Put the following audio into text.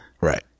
right